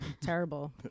terrible